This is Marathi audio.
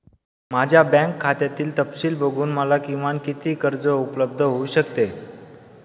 माझ्या बँक खात्यातील तपशील बघून मला किमान किती कर्ज उपलब्ध होऊ शकते?